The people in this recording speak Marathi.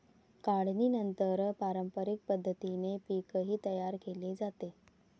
काढणीनंतर पारंपरिक पद्धतीने पीकही तयार केले जाते